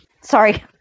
Sorry